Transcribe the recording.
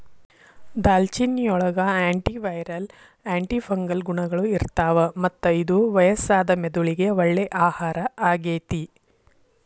ದಾಲ್ಚಿನ್ನಿಯೊಳಗ antiviral, antifungal ಗುಣಗಳು ಇರ್ತಾವ, ಮತ್ತ ಇದು ವಯಸ್ಸಾದ ಮೆದುಳಿಗೆ ಒಳ್ಳೆ ಆಹಾರ ಆಗೇತಿ